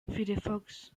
firefox